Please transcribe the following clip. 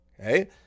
Okay